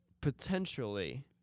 potentially